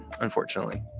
unfortunately